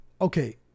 okay